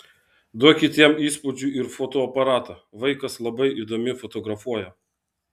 duokit jam įspūdžių ir fotoaparatą vaikas labai įdomiai fotografuoja